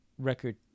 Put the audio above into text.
record